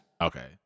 Okay